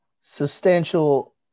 substantial